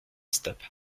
stop